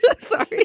sorry